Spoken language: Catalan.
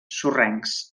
sorrencs